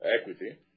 equity